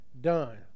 done